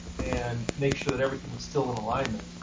and make sure that everything was still in alignment.